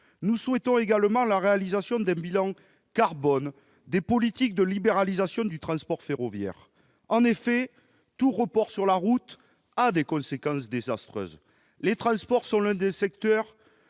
Nous souhaitons également la réalisation d'un bilan carbone des politiques de libéralisation du transport ferroviaire. En effet, tout report sur la route a des conséquences désastreuses. Les transports sont l'un des secteurs